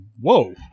whoa